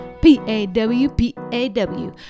P-A-W-P-A-W